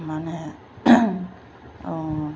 माने